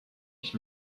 ich